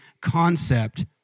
concept